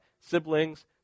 siblings